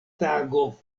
tago